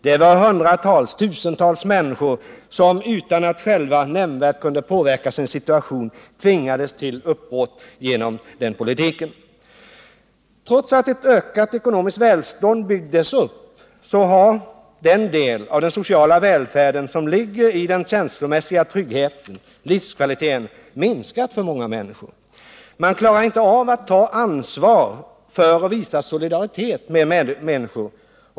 Det var hundratals, tusentals människor som utan att själva nämnvärt kunna påverka sin situation tvingades till uppbrott. Trots att ett ökat ekonomiskt välstånd byggdes upp har den del av den sociala välfärden som ligger i den känslomässiga tryggheten, livskvaliteten, minskat för många människor. Man klarar inte av att ta ansvar för och visa solidaritet med medmänniskor.